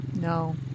No